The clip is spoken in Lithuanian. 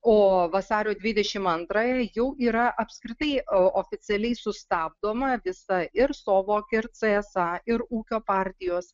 o vasario antrąją jau yra apskritai oficialiai sustabdoma visa ir sovok ir csa ir ūkio partijos